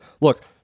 look